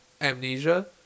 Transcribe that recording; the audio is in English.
amnesia